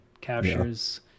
captures